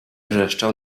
wrzeszczał